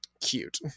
cute